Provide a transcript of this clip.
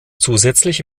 zusätzlich